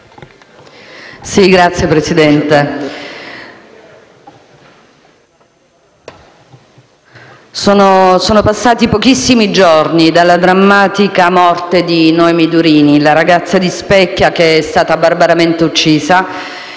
Signor Presidente, sono passati pochissimi giorni dalla drammatica morte di Noemi Durini, la ragazza di Specchia che è stata barbaramente uccisa.